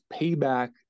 payback